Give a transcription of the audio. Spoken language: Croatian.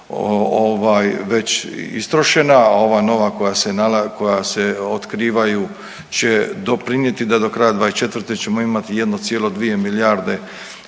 već istrošena, a ova nova koja se nala…, koja se otkrivaju će doprinjeti da do kraja '24. ćemo imati 1,2 milijarde